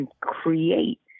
create